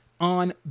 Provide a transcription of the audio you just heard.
on